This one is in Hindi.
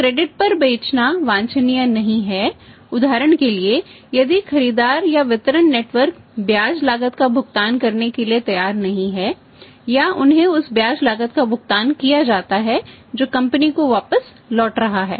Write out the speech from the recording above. क्रेडिट ब्याज लागत का भुगतान करने के लिए तैयार नहीं है या उन्हें उस ब्याज लागत का भुगतान किया जाता है जो कंपनी को वापस लौट रहा है